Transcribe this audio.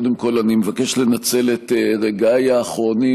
קודם כול אני מבקש לנצל את רגעיי האחרונים